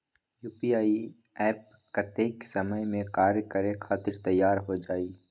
UPI app कतेइक समय मे कार्य करे खातीर तैयार हो जाई?